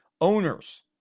owners